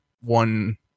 one